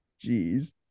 Jeez